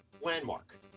landmark